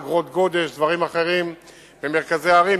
אגרות גודש ודברים אחרים במרכזי הערים.